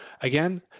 Again